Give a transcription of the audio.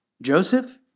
Joseph